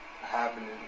happening